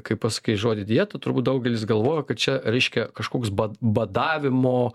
kai pasakai žodį dieta turbūt daugelis galvoja kad čia reiškia kažkoks badavimo